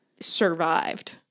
survived